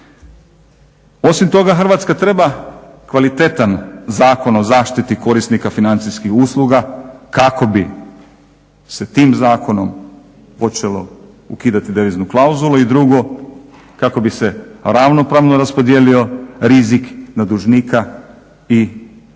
Osim toga Hrvatska treba kvalitetan Zakon o zaštiti korisnika financijskih usluga, kako bi se tim zakonom počelo ukidati deviznu klauzulu i drugo kako bi se ravnopravno raspodijelio rizik na dužnika i vjerovnika.